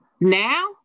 Now